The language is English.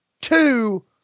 two